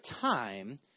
time